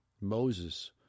Moses